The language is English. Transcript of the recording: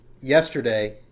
Yesterday